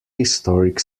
historic